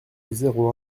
zéro